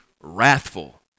wrathful